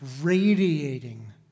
radiating